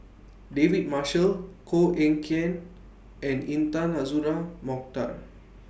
David Marshall Koh Eng Kian and Intan Azura Mokhtar